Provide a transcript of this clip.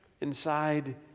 inside